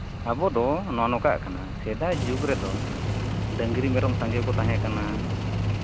ᱟᱵᱚ ᱫᱚ ᱱᱚᱝᱠᱟᱜ ᱠᱟᱱᱟ ᱥᱮᱫᱟᱭ ᱡᱩᱜᱽ ᱨᱮᱫᱚ ᱰᱟᱹᱝᱨᱤ ᱢᱮᱨᱚᱢ ᱥᱟᱸᱜᱮ ᱠᱚ ᱛᱟᱦᱮᱸ ᱠᱟᱱᱟ